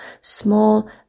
small